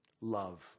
Love